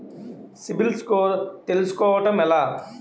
CIBIL score తెల్సుకోటం ఎలా?